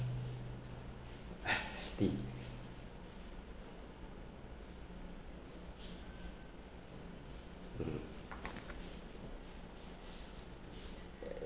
steam mm